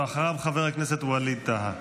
אחריו, חבר הכנסת ווליד טאהא.